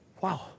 Wow